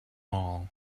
all